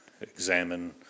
examine